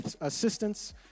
assistance